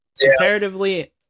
comparatively